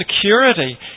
security